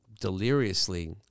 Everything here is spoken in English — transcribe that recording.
Deliriously